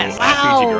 and wow.